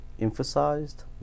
emphasized